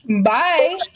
bye